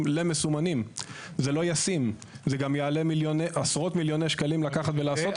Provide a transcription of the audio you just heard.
זה מה שעושה הצעת